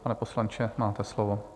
Pane poslanče, máte slovo.